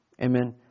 Amen